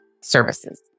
services